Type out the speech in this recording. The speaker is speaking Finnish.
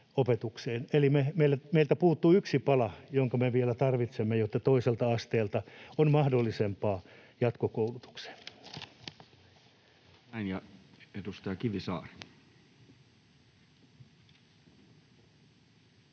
Eli meiltä puuttuu yksi pala, jonka me vielä tarvitsemme, jotta toiselta asteelta on mahdollisempaa jatkokoulutukseen.